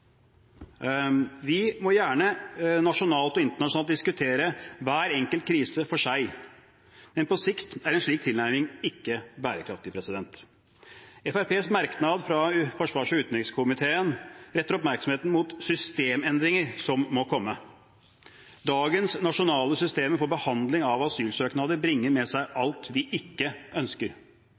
Vi må gjerne, nasjonalt og internasjonalt, diskutere hver enkelt krise for seg, men på sikt er en slik tilnærming ikke bærekraftig. Fremskrittspartiets merknad i innstillingen fra utenriks- og forsvarskomiteen retter oppmerksomheten mot systemendringer som må komme. Dagens nasjonale systemer for behandling av asylsøknader bringer med seg alt vi ikke ønsker.